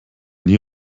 nie